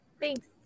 thanks